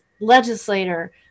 legislator